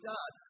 God